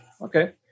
Okay